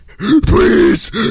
Please